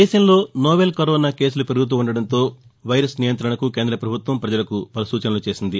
దేశంలో novel corona కేసులు పెరుగుతుండటంతో వైరస్ నియంతణకు కేంద పభుత్వం ప్రపజలకు పలు సూచనలు చేసింది